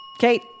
Kate